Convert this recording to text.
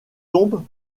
tombes